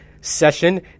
session